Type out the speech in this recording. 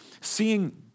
seeing